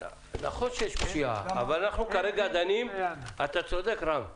אתה צודק, רם.